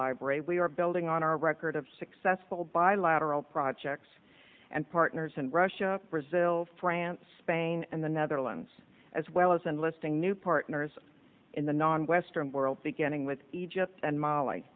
library we are building on our record of successful bilateral projects and partners in russia brazil france spain and the netherlands as well as enlisting new partners in the non western world beginning with egypt and m